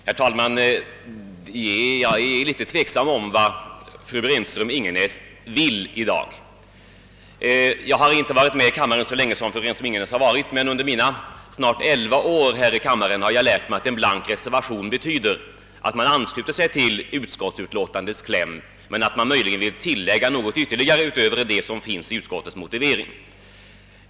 Herr talman! Jag är litet tveksam om vad fru Renström-Ingenäs vill i dag. Jag har inte suttit i riksdagen så länge som hon, men under mina snart elva år här i kammaren har jag lärt mig att en blank reservation betyder att man ansluter sig till utskottsutlåtandets kläm men möjligen vill tillägga något ytterligare utöver utskottets motivering.